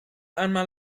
einmal